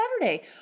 Saturday